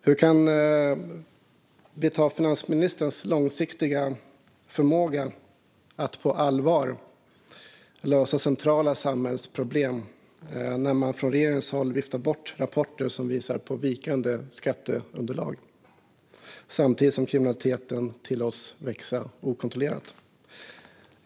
Hur kan vi ta finansministerns förmåga att långsiktigt lösa centrala samhällsproblem på allvar när regeringen viftar bort rapporter som visar på vikande skatteunderlag samtidigt som kriminaliteten tillåts växa okontrollerat?